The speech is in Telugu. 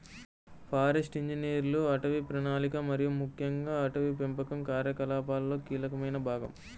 ఫారెస్ట్ ఇంజనీర్లు అటవీ ప్రణాళిక మరియు ముఖ్యంగా అటవీ పెంపకం కార్యకలాపాలలో కీలకమైన భాగం